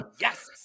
yes